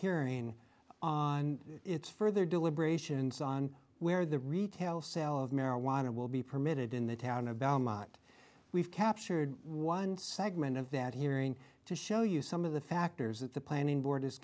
hearing on its further deliberations on where the retail sale of marijuana will be permitted in the town of we've captured one segment of that hearing to show you some of the factors that the planning board is